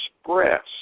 express